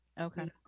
Okay